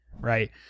right